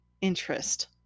interest